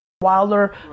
Wilder